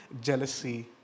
Jealousy